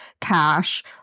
cash